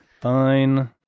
Fine